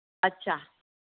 अच्छा